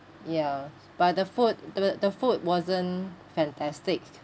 ya but the food the the food wasn't fantastic